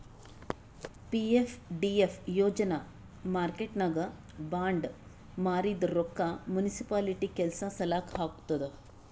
PFDF ಯೋಜನಾ ಮಾರ್ಕೆಟ್ನಾಗ್ bond ಮಾರಿದ್ ರೊಕ್ಕಾ ಮುನ್ಸಿಪಾಲಿಟಿ ಕೆಲ್ಸಾ ಸಲಾಕ್ ಹಾಕ್ತುದ್